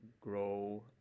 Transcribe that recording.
grow